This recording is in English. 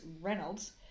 Reynolds